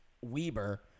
Weber